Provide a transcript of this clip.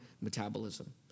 metabolism